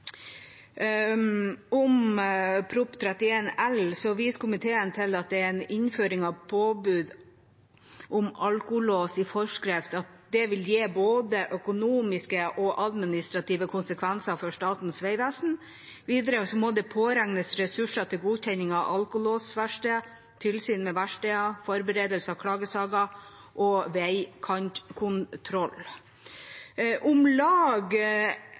L viser komiteen til at en innføring av påbud om alkolås i forskrift vil gi både økonomiske og administrative konsekvenser for Statens vegvesen. Videre må det påregnes ressurser til godkjenning av alkolåsverksteder, tilsyn med verksteder, forberedelse av klagesaker og veikantkontroll. Om lag